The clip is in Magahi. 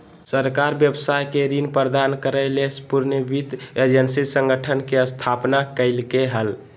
सरकार व्यवसाय के ऋण प्रदान करय ले पुनर्वित्त एजेंसी संगठन के स्थापना कइलके हल